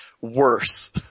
worse